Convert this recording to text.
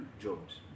jobs